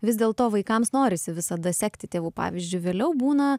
vis dėlto vaikams norisi visada sekti tėvų pavyzdžiu vėliau būna